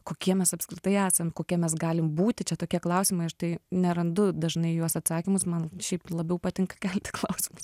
kokie mes apskritai esam kokie mes galim būti čia tokie klausimai aš tai nerandu dažnai į juos atsakymus man šiaip labiau patinka kelti klausimus